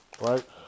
right